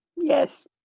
Yes